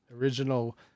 original